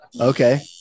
Okay